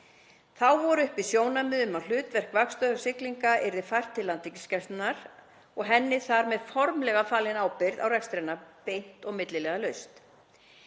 Þá voru uppi sjónarmið um að hlutverk vaktstöðvar siglinga yrði fært til Landhelgisgæslunnar og henni þar með formlega falin ábyrgð á rekstri hennar beint og milliliðalaust.